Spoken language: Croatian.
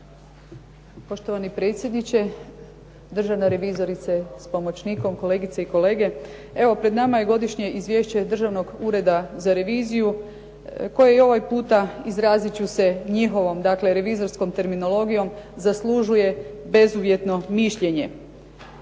Poštovani predsjedniče, državna revizorice s pomoćnikom, kolegice i kolege. Evo, pred nama je godišnje izvješće Državnog ureda za reviziju koje je i ovaj puta, izraziti ću se njihovom, dakle revizorskom terminologijom zaslužuje bezuvjetno mišljenje.